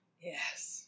yes